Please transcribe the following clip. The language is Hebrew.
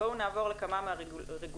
בואו נעבור לכמה מהרגולטורים,